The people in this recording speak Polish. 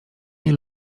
nie